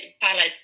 palates